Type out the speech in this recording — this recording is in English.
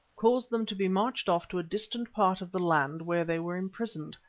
caused them to be marched off to a distant part of the land where they were imprisoned.